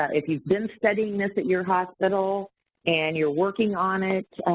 if you've been studying this at your hospital and you're working on it,